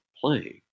playing